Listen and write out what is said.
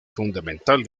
fundamental